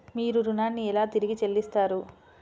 మీరు ఋణాన్ని ఎలా తిరిగి చెల్లిస్తారు?